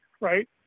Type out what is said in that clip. right